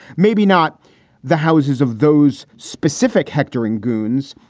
maybe not the houses of those specific hectoring goons,